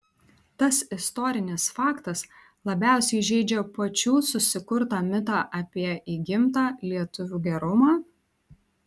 tas istorinis faktas labiausiai žeidžia pačių susikurtą mitą apie įgimtą lietuvių gerumą